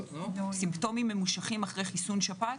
סימפטומים ממושכים אחרי חיסון שפעת?